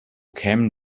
kämen